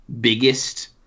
biggest